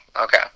okay